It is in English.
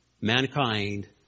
mankind